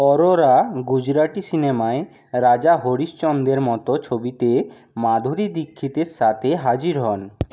অরোরা গুজরাটি সিনেমায় রাজা হরিশচন্দ্রের মতো ছবিতে মাধুরী দীক্ষিতের সাথে হাজির হন